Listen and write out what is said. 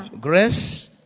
Grace